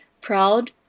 proud